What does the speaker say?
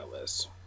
list